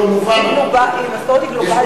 לא עובדים לפי שעות.